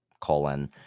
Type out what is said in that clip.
colon